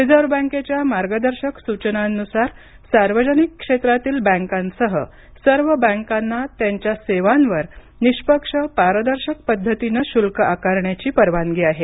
reserve बँकेच्या मार्गदर्शक सूचनांनुसार सार्वजनिक क्षेत्रातील बँकांसह सर्व बँकांना त्यांच्या सेवांवर निष्पक्ष पारदर्शक पद्धतीने शुल्क आकारण्याची परवानगी आहे